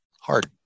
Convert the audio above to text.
hard